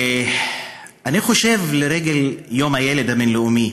אני חושב שלרגל יום הילד הבין-לאומי